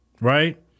right